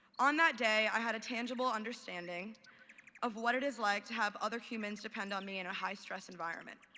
on that day i had a tangible understanding of what it is like to have other humans depend on me in a high-stress environment.